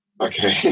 Okay